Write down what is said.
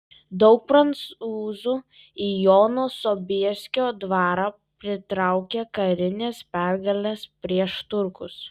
daug prancūzų į jono sobieskio dvarą pritraukė karinės pergalės prieš turkus